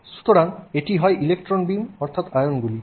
সুতরাং এটি হয় ইলেকট্রন বিম অথবা আয়নগুলি